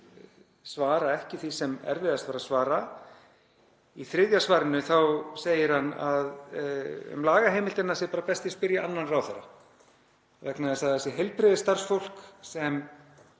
svara ekki því sem erfiðast var að svara. Í þriðja svarinu segir hann að um lagaheimildina sé best að spyrja annan ráðherra vegna þess að það sé heilbrigðisstarfsfólk sem